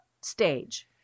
stage